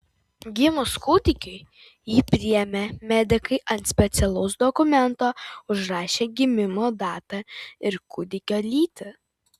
gimus kūdikiui jį priėmę medikai ant specialaus dokumento užrašė gimimo datą ir kūdikio lytį